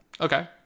Okay